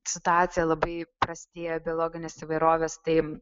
situacija labai prastėja biologinės įvairovės tai